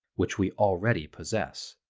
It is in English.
which we already possess.